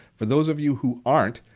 for those of you who aren't,